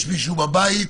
יש מישהו בבית,